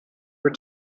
were